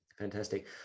Fantastic